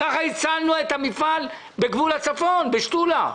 כך הצלנו את המפעל בגבול הצפון, בשתולה.